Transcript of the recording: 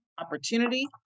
Opportunity